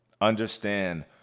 Understand